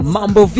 Mambo